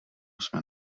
jsme